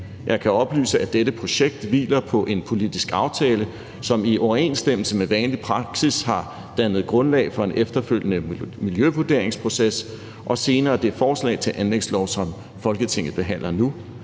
»Jeg kan oplyse, at dette projekt hviler på en politisk aftale, som i overensstemmelse med vanlig praksis har dannet grundlag for en efterfølgende miljøvurderingsproces (VVM) og senere det forslag til anlægslov, som Folketinget behandler nu.